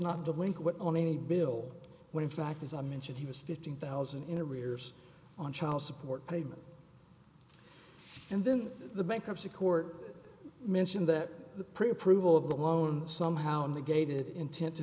not delinquent on a bill when in fact as i mentioned he was fifteen thousand in arrears on child support payments and then the bankruptcy court mentioned that the pre approval of the loan somehow in the gated intent to